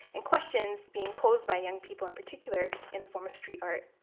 and questions being posed by young people, in particular, in the form of street art.